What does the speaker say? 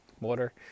water